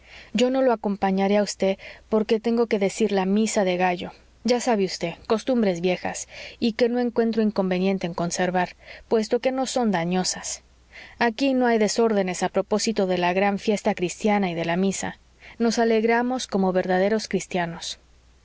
yo no lo acompañaré a vd porque tengo que decir la misa de gallo ya sabe vd costumbres viejas y que no encuentro inconveniente en conservar puesto que no son dañosas aquí no hay desórdenes a propósito de la gran fiesta cristiana y de la misa nos alegramos como verdaderos cristianos